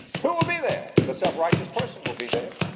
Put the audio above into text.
who will be there? the self-righteous person will be there.